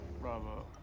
Bravo